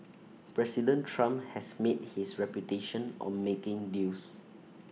President Trump has made his reputation on making deals